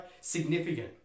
significant